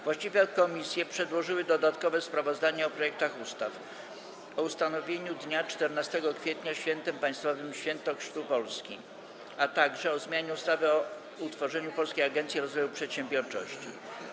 Właściwe komisje przedłożyły dodatkowe sprawozdania o projektach ustaw: - o ustanowieniu dnia 14 kwietnia - Świętem Państwowym - „Święto Chrztu Polski”, - o zmianie ustawy o utworzeniu Polskiej Agencji Rozwoju Przedsiębiorczości.